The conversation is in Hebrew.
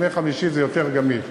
ימי חמישי זה יותר גמיש.